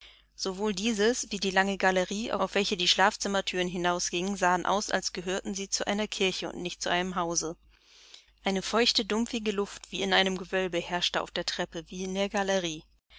sowohl dieses wie die lange galerie auf welche die schlafzimmerthüren hinausgingen sahen aus als gehörten sie zu einer kirche und nicht zu einem hause eine feuchte dumpfige luft wie in einem gewölbe herrschte auf der treppe wie in der galerie